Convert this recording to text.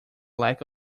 lack